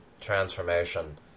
transformation